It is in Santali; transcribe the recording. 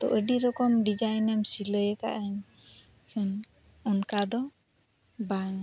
ᱛᱳ ᱟᱹᱰᱤ ᱨᱚᱠᱚᱢ ᱮᱢ ᱥᱤᱞᱟᱹᱭ ᱟᱠᱟᱫᱮᱢ ᱠᱷᱟᱱ ᱚᱱᱠᱟ ᱫᱚ ᱵᱟᱝ